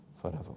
forever